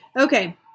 Okay